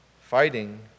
fighting